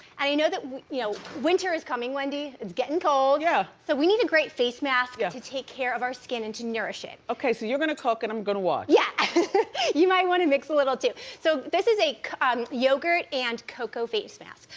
and you know that you know winter is coming, wendy, it's getting cold. yeah so, we need a great face mask to take care of our skin and to nourish it. okay, so you're gonna cook and i'm gonna watch. yeah you might wanna mix a little too. so, this is a yogurt and cocoa face mask.